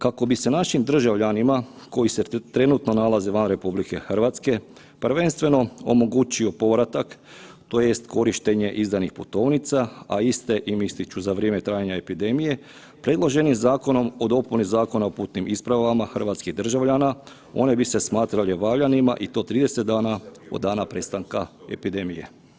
Kako bi se našim državljanima koji se trenutno nalaze van RH prvenstveno omogućio povratak tj. izdanih putovnica, a iste im ističu za vrijeme trajanja epidemije predložen je zakonom o dopuni Zakona o putnim ispravama hrvatskih državljana, one bi se smatrale valjanima i to 30 dana od prestanka epidemije.